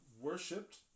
worshipped